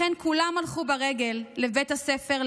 לכן כולם הלכו ברגל לבית הספר,